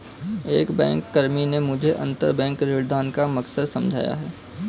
एक बैंककर्मी ने मुझे अंतरबैंक ऋणदान का मकसद समझाया